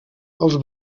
els